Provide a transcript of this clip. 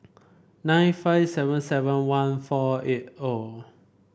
nine five seven seven one four eight O